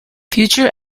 future